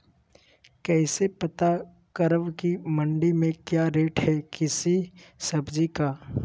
कैसे पता करब की मंडी में क्या रेट है किसी सब्जी का?